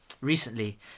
recently